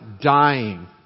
dying